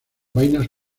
vainas